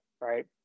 right